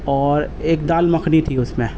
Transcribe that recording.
اور ایک دال مکھنی تھی اس میں